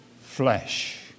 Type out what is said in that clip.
flesh